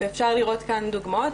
אפשר לראות פה דוגמאות.